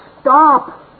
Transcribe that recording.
stop